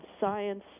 science